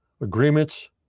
agreements